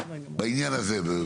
אנחנו רוצים את ההבהרות בעניין הזה.